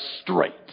straight